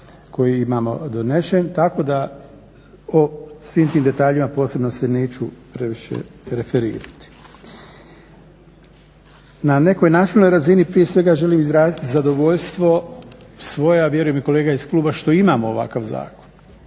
koji imamo donešen, tako da o svim tim detaljima posebnosti neću previše referirati. Na nekoj načelnoj razini prije svega želim izraziti zadovoljstvo svoje, a vjerujem i kolega iz kluba, što imamo ovakav zakon.